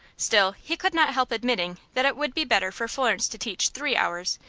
still, he could not help admitting that it would be better for florence to teach three hours,